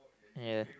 ya